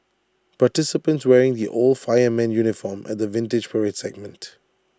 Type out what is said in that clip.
participants wearing the old fireman's uniform at the Vintage Parade segment